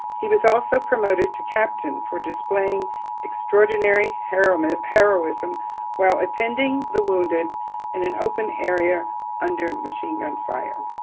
he was also promoted to captain for displaying extraordinary heroism heroism while attending the wounded in an open area under machine gun fire.